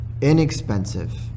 inexpensive